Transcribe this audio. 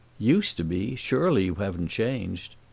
used to be? surely you haven't changed?